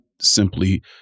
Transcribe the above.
simply